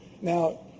now